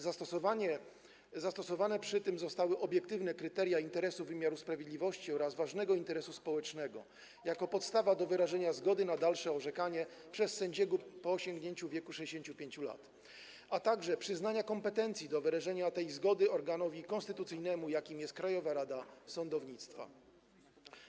Zastosowane przy tym zostały obiektywne kryteria interesu wymiaru sprawiedliwości oraz ważnego interesu społecznego jako podstawa do wyrażenia zgody na dalsze orzekanie przez sędziego po osiągnięciu wieku 65 lat, a także przyznania kompetencji do wyrażenia tej zgody organowi konstytucyjnemu, jakim jest Krajowa Rada Sądownictwa.